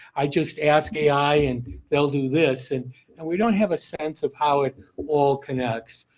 i just ask ai and they'll do this and and we don't have a sense of how it all connects.